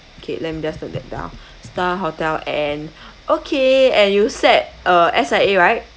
okay let me just note that down star hotel and okay and you sat uh S_I_A right